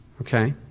Okay